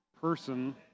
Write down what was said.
person